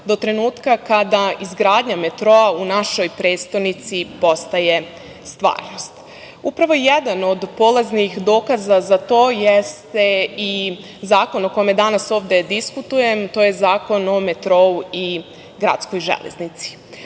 do trenutka kada izgradnja metroa u našoj prestonici postaje stvarnost. Upravo jedan od polaznih dokaza za to jeste i zakon o kome danas ovde diskutujem. To je zakon o metrou i gradskoj železnici.